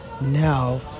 now